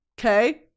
okay